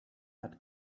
had